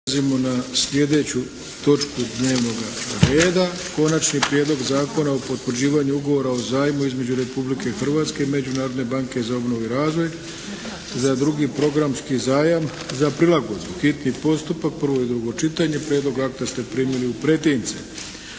na sljedeću točku dnevnoga reda - Konačni prijedlog Zakona o potvrđivanju Ugovora o zajmu između Republike Hrvatske i Međunarodne banke za obnovu i razvoj za drugi programski zajam za prilagodbu, hitni postupak – prvo i drugo čitanje, P.Z. br. 719 Prijedlog akta ste primili u pretince.